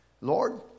Lord